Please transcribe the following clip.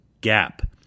gap